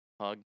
hug